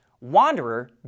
Wanderer